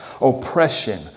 oppression